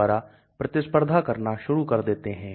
लवण के प्रारूप घुलनशीलता की दर को बढ़ा देते हैं